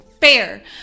fair